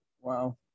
Wow